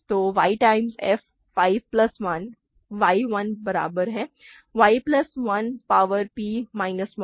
तो y times f 5 plus 1 y 1 के बराबर है y plus 1 power p minus 1